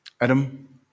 Adam